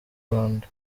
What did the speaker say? rwanda